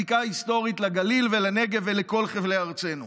זיקה היסטורית לגליל ולנגב ולכל חבלי ארצנו.